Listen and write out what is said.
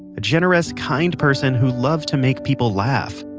a generous, kind person who loved to make people laugh.